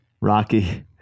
Rocky